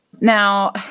Now